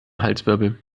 halswirbel